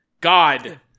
god